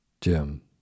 Jim